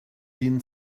been